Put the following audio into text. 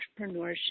entrepreneurship